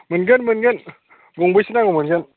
मोनगोन मोनगोन गंबैसे नांगौ मोनगोन